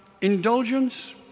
indulgence